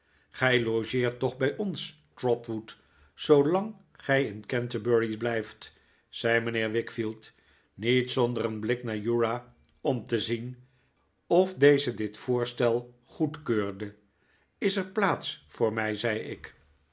gij logeert toch bij ons trotwood zoolang gij in canterbury blijft zei mijnheer wickfield niet zonder een blik naar uriah om te zien of deze dit voorstel goedkeurde is er plaats voor mij zei ik